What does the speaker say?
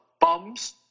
Bums